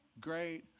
great